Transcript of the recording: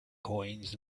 coins